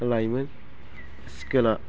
लाइमोन सिखोला